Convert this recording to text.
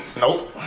Nope